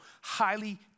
highly